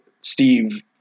Steve